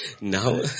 Now